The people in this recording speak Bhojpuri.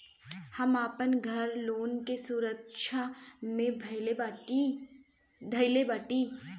हम आपन घर लोन के सुरक्षा मे धईले बाटी